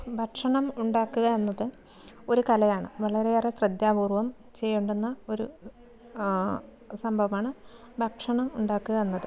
ഭക്ഷണം ഉണ്ടാക്കുക എന്നത് ഒരു കലയാണ് വളരെയേറെ ശ്രദ്ധാപൂർവ്വം ചെയ്യേണ്ടുന്ന ഒരു സംഭവമാ ണ് ഭക്ഷണം ഉണ്ടാക്കുക എന്നത്